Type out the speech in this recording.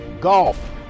golf